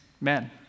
men